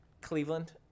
Cleveland